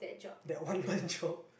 that one month job